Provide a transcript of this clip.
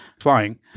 flying